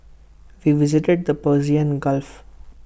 we visited the Persian gulf